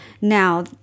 Now